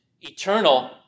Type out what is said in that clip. eternal